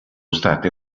state